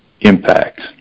impacts